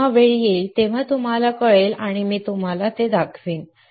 जेव्हा वेळ येईल तेव्हा तुम्हाला कळेल आणि मी तुम्हाला ते दाखवीन